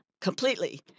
Completely